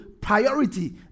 priority